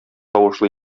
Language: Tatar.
тавышлы